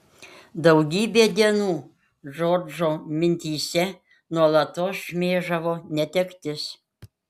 daugybę dienų džordžo mintyse nuolatos šmėžavo netektis